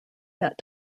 that